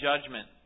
judgment